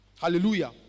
Hallelujah